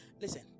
Listen